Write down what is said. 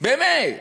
באמת.